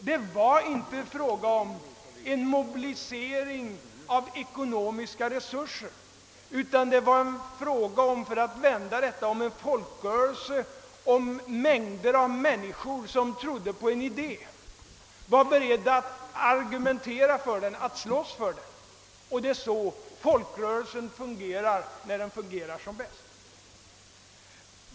Det var inte fråga om en mobilisering av ekonomiska resurser, utan det var fråga om en folkrörelse, om mängder av människor som trodde på en idé, som var beredda att argumentera för den och slåss för den. Det är så folkrörelsen fungerar, när den fungerar som bäst.